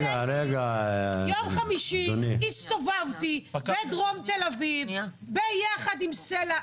יום חמישי הסתובבתי בדרום תל אביב ביחד עם סל"ע